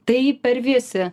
tai per vėsi